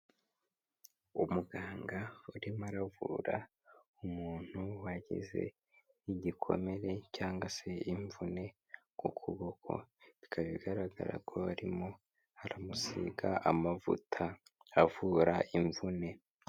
Umuganga urimo aravura umuntu wagize igikomere cyangwa se imvune ku kuboko, bikaba bigaragara ko arimo aramusiga amavuta avura imvune.